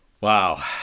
Wow